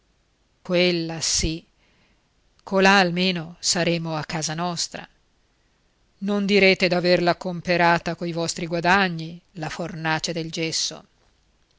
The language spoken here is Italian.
quella sì colà almeno saremo a casa nostra non direte d'averla comperata coi vostri guadagni la fornace del gesso